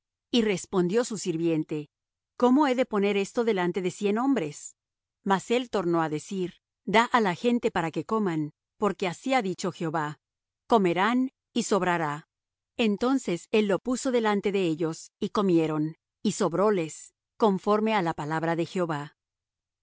y respondió su sirviente cómo he de poner esto delante de cien hombres mas él tornó á decir da á la gente para que coman porque así ha dicho jehová comerán y sobrará entonces él lo puso delante de ellos y comieron y sobróles conforme á la palabra de jehová